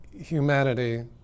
humanity